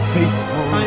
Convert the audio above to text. faithful